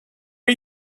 are